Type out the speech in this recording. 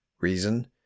Reason